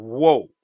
whoa